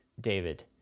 David